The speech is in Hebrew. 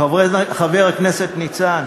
חבר הכנסת ניצן,